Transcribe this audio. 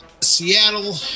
Seattle